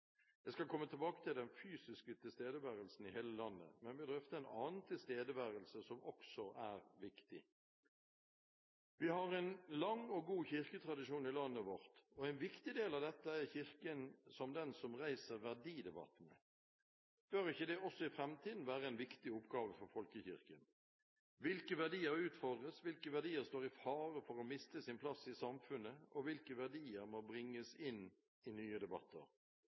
Jeg skal komme tilbake til den fysiske tilstedeværelsen i hele landet, men vil løfte en annen tilstedeværelse som også er viktig. Vi har en lang og god kirketradisjon i landet vårt, og en viktig del av dette er Kirken som den som reiser verdidebattene. Bør ikke det også i framtiden være en viktig oppgave for folkekirken? Hvilke verdier utfordres, hvilke verdier står i fare for å miste sin plass i samfunnet, og hvilke verdier må bringes inn i nye debatter?